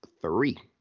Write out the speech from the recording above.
three